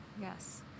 Yes